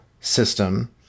system